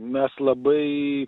mes labai